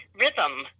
rhythm